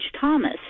Thomas